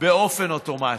באופן אוטומטי.